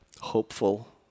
Hopeful